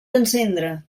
encendre